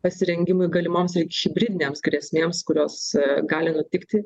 pasirengimui galimoms hibridinėms grėsmėms kurios gali nutikti